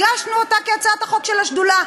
הגשנו אותה כהצעת החוק של השדולה.